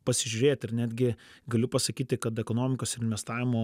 pasižiūrėt ir netgi galiu pasakyti kad ekonomikos ir investavimo